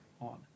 on